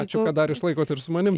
ačiū kad dar išlaikot ir su manim